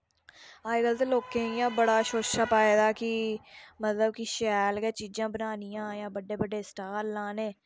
अजकल्ल ते लोकैं इ'यां बड़ा शोशा पाएदा की मतलव कि शैल गै चीजां बनानियां जां बड्डे बड्डे सटाल लाने